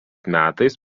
metais